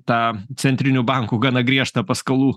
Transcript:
tą centrinių bankų gana griežtą paskolų